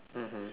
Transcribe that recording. mmhmm